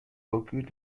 beaucoup